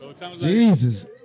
Jesus